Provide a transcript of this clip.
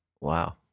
Wow